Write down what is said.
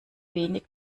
wenig